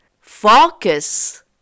Focus